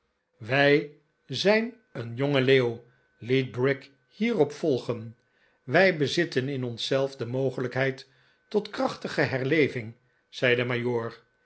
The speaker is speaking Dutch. wij zijn een jonge leeuw net brick hierop volgen wij bezitten in ons zelf de mogelijkheid tot krachtige herleving zei de